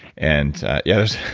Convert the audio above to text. and yeah,